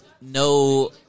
no